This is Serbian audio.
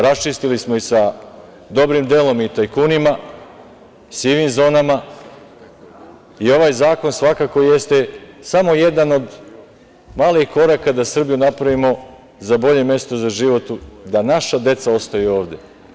Raščistili smo dobrim delom i sa tajkunima, sivim zonama i ovaj zakon svakako jeste samo jedan od malih koraka da Srbiju napravimo za bolje mesto za život, da naša deca ostaju ovde.